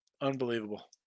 Unbelievable